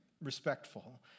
respectful